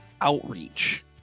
outreach